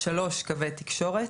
(3)קווי תקשורת,